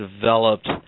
developed